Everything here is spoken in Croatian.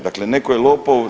Dakle, netko je lopov.